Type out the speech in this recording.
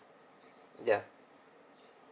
ya